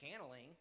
channeling